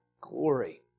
glory